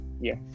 yes